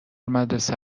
مدرسه